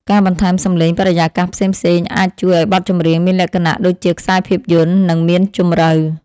ការបន្ថែមសំឡេងបរិយាកាសផ្សេងៗអាចជួយឱ្យបទចម្រៀងមានលក្ខណៈដូចជាខ្សែភាពយន្ត និង មានជម្រៅ។